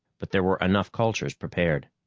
but there were enough cultures prepared.